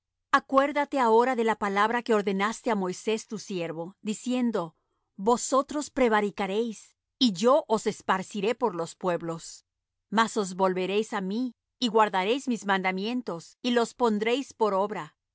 acuérdate ahora de la palabra que ordenaste á moisés tu siervo diciendo vosotros prevaricaréis y yo os esparciré por los pueblos mas os volveréis á mí y guardaréis mis mandamientos y los pondréis por obra